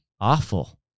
Awful